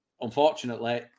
unfortunately